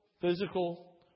physical